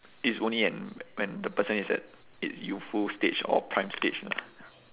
it's only am when the person is at its youthful stage or prime stage